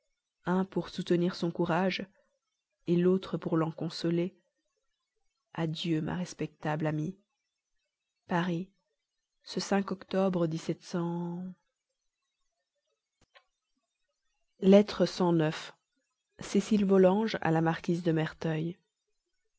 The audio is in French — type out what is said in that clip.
un pour soutenir son courage l'autre pour l'en consoler adieu ma respectable amie paris ce octobre lettre cécile volanges à la marquise de merteuil